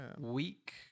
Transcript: week